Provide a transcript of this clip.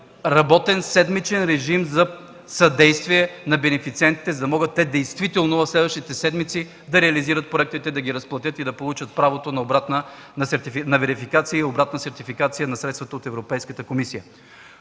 работен седмичен режим за съдействие на бенефициентите, за да могат те действително в следващите седмици да реализират проектите, да ги разплатят и да получат правото на верификация и обратна сертификация на средствата от Европейската комисия.